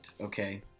okay